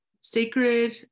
sacred